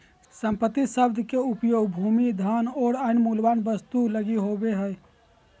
संपत्ति शब्द के उपयोग भूमि, धन और अन्य मूल्यवान वस्तु लगी होवे हइ